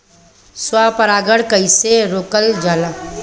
स्व परागण कइसे रोकल जाला?